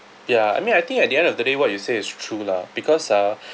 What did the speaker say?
ya I mean I think at the end of the day what you say is true lah because ah